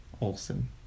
Olson